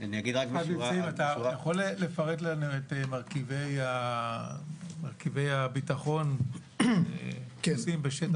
אתה יכול לפרט לנו את מרכיבי הביטחון הפרוסים בשטח?